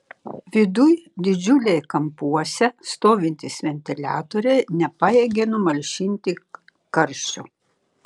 viduj didžiuliai kampuose stovintys ventiliatoriai nepajėgė numalšinti karščio